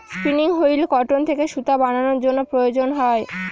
spinning wheel cotton থেকে সুতা বানানোর জন্য প্রয়োজন হয়